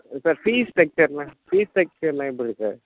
sir fees ஸ்டக்ச்சர்லாம் fees ஸ்டக்ச்சர்லாம் எப்படி சார்